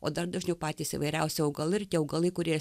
o dar dažniau patys įvairiausi augalai ir tie augalai kurie